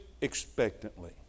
expectantly